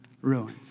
ruins